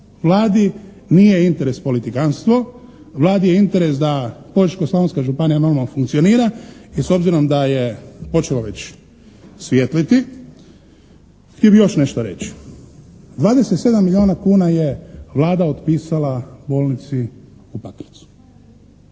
Vladi nije interes politikanstvo. Vladi je interes da Požeško-Slavonska županija normalno funkcionira i s obzirom da je počelo već svijetliti htio bih još nešto reći. 27 milijuna kuna je Vlada otpisala bolnici u Pakracu.